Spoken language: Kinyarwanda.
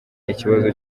ikibazo